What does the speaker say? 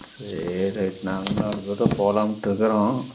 சரி ரைட் நாங்களும் நாலு பேருதான் போகலான்ட்ருக்குறோம்